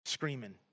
screaming